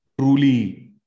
truly